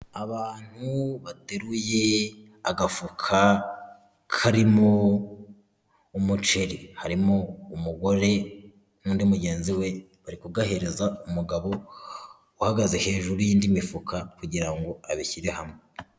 Abantu bateruye agafuka karimo umuceri. Harimo umugore n'undi mugenzi we, bari kugahereza umugabo uhagaze hejuru y'indi mifuka, kugira ngo abishyire hamwe.